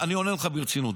אני עונה לך ברצינות.